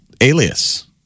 alias